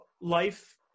life